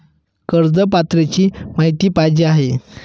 कर्ज पात्रतेची माहिती पाहिजे आहे?